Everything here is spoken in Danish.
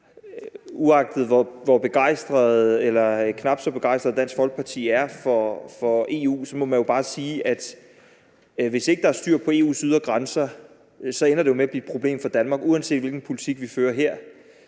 uagtet hvor begejstrede eller knap så begejstrede Dansk Folkeparti er for EU, må man jo bare sige, at hvis ikke der er styr på EU's ydre grænser, ender det med at blive et problem for Danmark, uanset hvilken politik vi fører her.